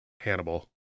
Hannibal